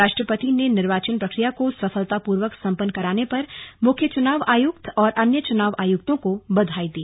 राष्ट्रपति ने निर्वाचन प्रक्रिया को सफलतापूर्वक सम्पन्न कराने पर मुख्य च्चनाव आयुक्त और अन्य चुनाव आयुक्तों को बधाई दी